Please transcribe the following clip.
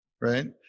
right